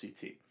CT